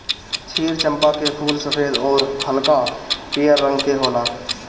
क्षीर चंपा के फूल सफ़ेद अउरी हल्का पियर रंग के होला